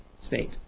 state